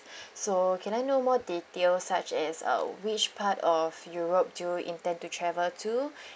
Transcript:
so can I know more details such as uh which part of europe do you intend to travel to